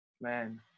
man